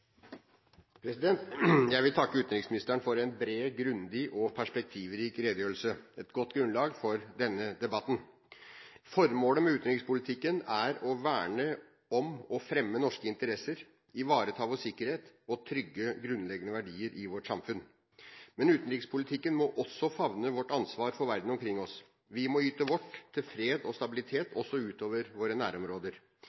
Jeg vil takke utenriksministeren for en bred, grundig og perspektivrik redegjørelse, et godt grunnlag for denne debatten. Formålet med utenrikspolitikken er å verne om og fremme norske interesser, ivareta vår sikkerhet og trygge grunnleggende verdier i vårt samfunn. Men utenrikspolitikken må også favne vårt ansvar for verden omkring oss. Vi må yte vårt til fred og stabilitet,